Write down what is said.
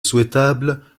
souhaitable